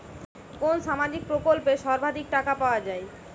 কোন সামাজিক প্রকল্পে সর্বাধিক টাকা পাওয়া য়ায়?